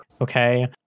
okay